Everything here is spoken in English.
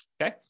okay